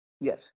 Yes